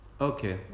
Okay